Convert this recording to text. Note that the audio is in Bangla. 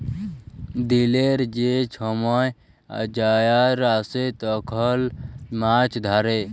দিলের যে ছময় জয়ার আসে তখল মাছ ধ্যরে